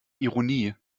ironie